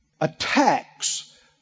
attacks